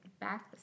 back